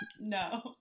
no